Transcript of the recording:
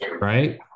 Right